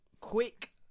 Quick